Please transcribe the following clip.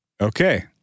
Okay